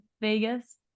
Vegas